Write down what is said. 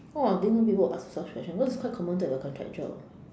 oh I didn't know people will ask such question cause it's quite common to have a